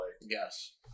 Yes